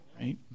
right